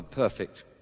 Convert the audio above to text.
Perfect